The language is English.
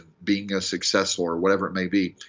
being a success, or whatever it may be.